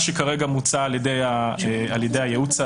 שכרגע מוצע על ידי הייעוץ המשפטי לוועדה.